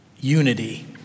unity